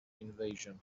invasion